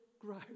grow